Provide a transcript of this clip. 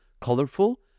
colorful